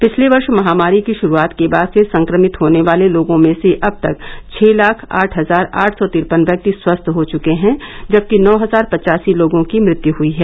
पिछले वर्ष महामारी की शुरूआत के बाद से संक्रमित होने वाले लोगों में से अब तक छः लाख आठ हजार आठ सौ तिरपन व्यक्ति स्वस्थ हो चुके हैं जबकि नौ हजार पचासी लोगों की मृत्यु हुई है